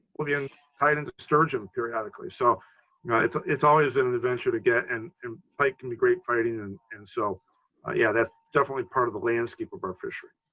yeah in, tied into sturgeon periodically. so yeah it's ah it's always an and adventure to get and pike can be great fighting. and and so yeah that's definitely part of the landscape of our fishery.